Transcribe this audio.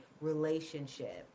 relationship